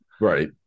Right